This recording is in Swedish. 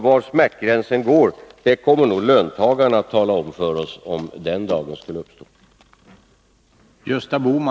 Var smärtgränsen går kommer nog löntagarna att tala om för oss, om den dagen skulle komma.